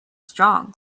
strong